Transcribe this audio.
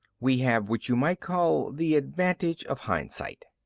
we have what you might call the advantage of hindsight.